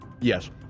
Yes